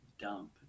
dump